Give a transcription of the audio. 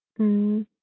mm